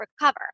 recover